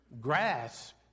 grasp